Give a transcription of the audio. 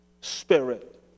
spirit